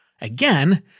Again